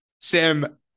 Sam